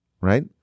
Right